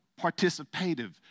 participative